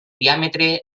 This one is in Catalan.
diàmetre